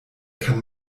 kann